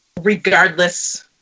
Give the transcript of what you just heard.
regardless